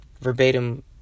verbatim